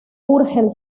urgel